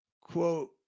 quote